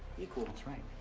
equal. that's right,